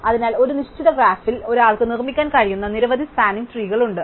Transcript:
അതിനാൽ ഒരു നിശ്ചിത ഗ്രാഫിൽ ഒരാൾക്ക് നിർമ്മിക്കാൻ കഴിയുന്ന നിരവധി സ്പാനിംഗ് ട്രീകളുണ്ട്